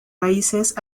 raíces